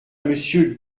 monsieur